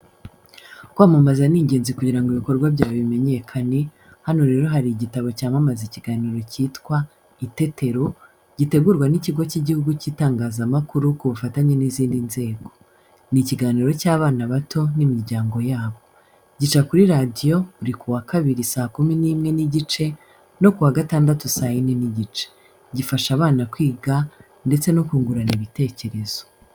Kwamamaza ni ingenzi kugira ngo ibikorwa byawe bimenyekane, hano rero hari igitabo cyamamaza ikiganiro cyitwa "Itetero", gitegurwa n’ikigo cy’igihugu cy’itangazamakuru ku bufatanye n’izindi nzego. Ni ikiganiro cy’abana bato n’imiryango yabo. Gica kuri radiyo buri kuwa kabiri saa kumi n’imwe n’igice no kuwa gatandatu saa yine n’igice. Gifasha abana kwiga ndetse no kungurana ibitekerezo.